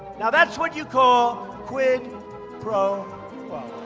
now, that's what you call quid pro